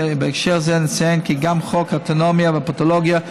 בהקשר זה נציין כי גם חוק האנטומיה והפתולוגיה,